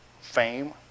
fame